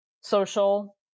social